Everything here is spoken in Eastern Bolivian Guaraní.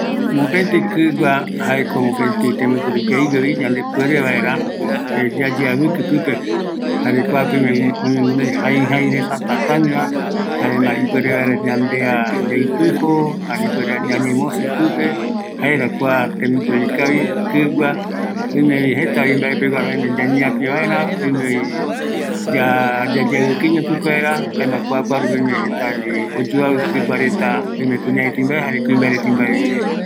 ﻿Mopeti Kiïgua, jaeko mopeti tembiporu ikaviguevi, yande puere vaera e yayeaviki pipe, jare kuape oime guinoi jai jai reta tatañova, jaema ipuere vaere yandea yaipijo, ani ipuere vaera ñañemosii pipe, jaera kua tembiporu ikavi kua kigua, oimevi jetavi mbaepeguara, oime ñañeapi vaera, oime ya yayeavikiiño pipeguara jaema kua kua rupi oime jetavi, jaema kua kua reta, oime kuñaret imbae jare kuimbae reta imbaevi